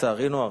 לצערנו הרב.